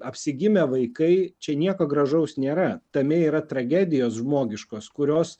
apsigimę vaikai čia nieko gražaus nėra tame yra tragedijos žmogiškos kurios